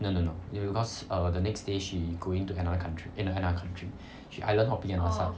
no no no because err the next day she going to another country in another country she island hopping and some